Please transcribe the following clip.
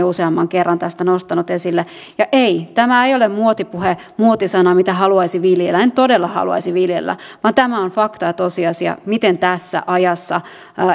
useamman kerran tämän nostanut esille ja ei tämä ei ole muotipuhe muotisana mitä haluaisi viljellä en todella haluaisi viljellä vaan tämä on fakta ja tosiasia miten tässä ajassa